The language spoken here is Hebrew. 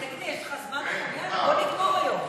נגמר, תגיד לי, יש לך זמן, בוא נגמור היום.